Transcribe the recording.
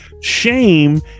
shame